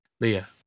Leah